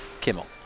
Kimmel